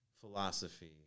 philosophy